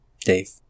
Dave